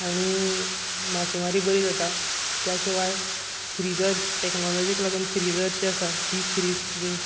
आनी मासेमारी बरी जाता त्या शिवाय फ्रिजर्स टॅक्नोलॉजीक लागून फ्रिजर्स जे आसा डिप फ्रिज बीन